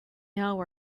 now